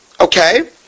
Okay